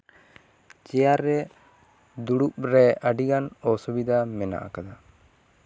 chair ᱨᱮ ᱫᱩᱲᱩᱵ ᱨᱮ ᱟᱹᱰᱤᱜᱟᱱ ᱚᱥᱩᱵᱤᱫᱷᱟ ᱢᱮᱱᱟᱜ ᱟᱠᱟᱫᱟ